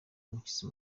umushyitsi